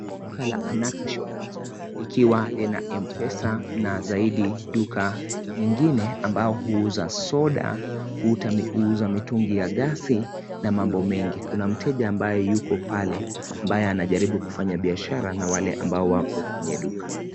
Duka la Anatah shop, likiwa lina mpesa na zaidi duka nyingine ambao huuza soda, huuza mitungi ya gasi na mambo mengi. Kuna mteja ambaye yuko pale ambaye anajaribu kufanya biashara na wale ambao wako kwenye duka.